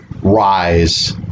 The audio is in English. rise